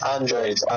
Android